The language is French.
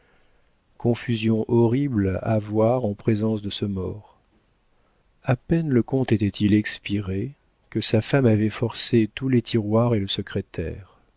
confusion horrible à voir en présence de ce mort a peine le comte était-il expiré que sa femme avait forcé tous les tiroirs et le